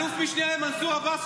אלוף משנה מנסור עבאס,